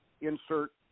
insert